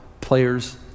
players